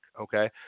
Okay